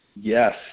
Yes